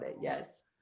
yes